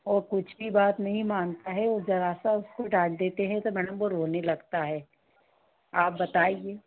और कुछ भी बात नहीं मानता है वो ज़रा सा उसको डाँट देते हैं तो रोने लगता है आप बताइए